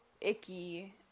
icky